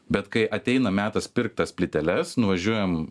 bet kai ateina metas pirkt tas plyteles nuvažiuojam